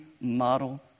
model